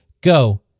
Go